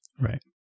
Right